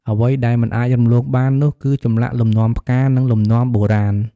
អ្វីដែលមិនអាចរំលងបាននោះ គឺចម្លាក់លំនាំផ្កា និងលំនាំបុរាណ។